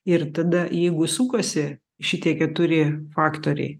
ir tada jeigu sukasi šitie keturi faktoriai